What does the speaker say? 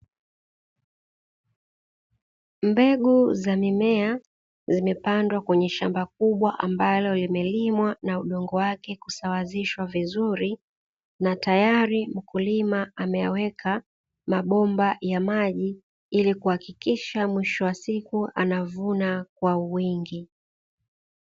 Mbegu za mimea zimepandwa mwenye shamba kubwa ambalo linalimwa na udongo wake kusawazishwa vizuri. Na tayari mkulima ameweka mabomba ya maji ili kuhakikisha mwisho wa siku anavuna kwa uwingi.